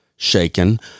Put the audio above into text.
Shaken